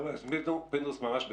חבר הכנסת פינדרוס, ממש בקצרה.